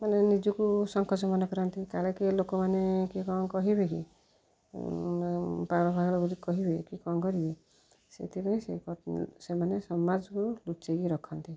ମାନେ ନିଜକୁ ସଙ୍କୋଚ ମନେ କରନ୍ତି କାଳେ କିଏ ଲୋକମାନେ କିଏ କ'ଣ କହିବେ କି ପାଗଳ ଫାଗଳ ବୋଲି କହିବେ କି କ'ଣ କରିବେ ସେଥିପାଇଁ ସେ ସେମାନେ ସମାଜକୁ ଲୁଚାଇକି ରଖନ୍ତି